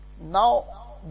Now